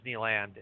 Disneyland